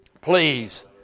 please